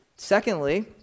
Secondly